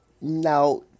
Now